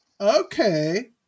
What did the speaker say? okay